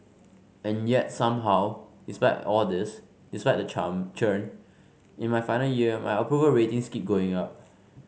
and yet somehow despite all this despite the charm churn in my final year my approval ratings keep going up